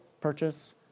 purchase